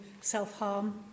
self-harm